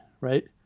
right